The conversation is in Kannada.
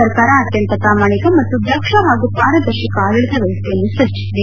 ಸರ್ಕಾರ ಅತ್ಯಂತ ಪ್ರಾಮಾಣಿಕ ಮತ್ತು ದಕ್ಷ ಹಾಗೂ ಪಾರದರ್ಶಕ ಆಡಳಿತ ವ್ಯವಸ್ಥೆಯನ್ನು ಸೃಷ್ಟಿಸಿದೆ